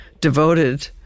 devoted